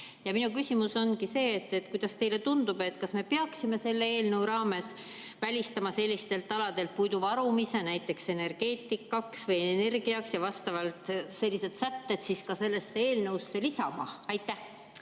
Ja minu küsimus ongi see: kuidas teile tundub, kas me peaksime selle eelnõu raames välistama sellistelt aladelt puidu varumise näiteks energiaks ja vastavalt sellised sätted ka sellesse eelnõusse lisama? Aitäh!